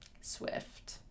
Swift